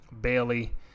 Bailey